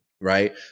Right